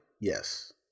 Yes